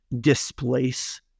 displace